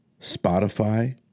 Spotify